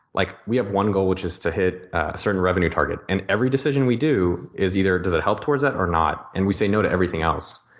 like we have one goal which is to hit certain revenue target and every decision we do is either does it help towards it or not, and we say no to everything else.